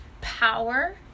power